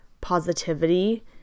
positivity